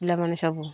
ପିଲାମାନେ ସବୁ